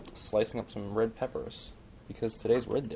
slicing up some red peppers because today is red day,